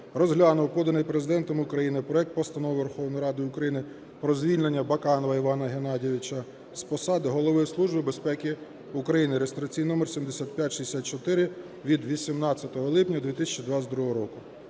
розглянув поданий Президентом України проект Постанови Верховної Ради України про звільнення Баканова Івана Геннадійовича з посади Голови Служби безпеки України (реєстраційний номер 7564) (від 18 липня 2022 року).